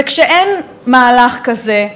וכשאין מהלך כזה,